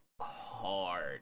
hard